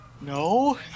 No